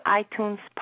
iTunes